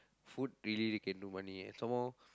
food really they can do money some more